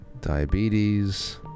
Diabetes